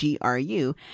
GRU